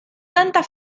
tanta